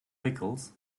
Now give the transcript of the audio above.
pickles